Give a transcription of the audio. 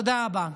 תודה רבה.